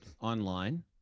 online